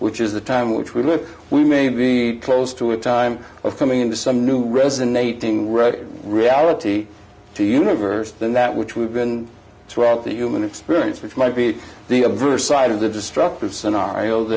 which is the time which we live we may be close to a time of coming into some new resonating reality to universe than that which we've been through out the human experience which might be the averse side of the destructive scenario